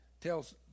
tells